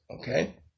Okay